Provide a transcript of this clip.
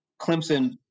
Clemson